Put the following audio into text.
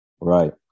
right